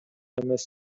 эмес